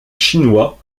chinois